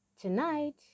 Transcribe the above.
Tonight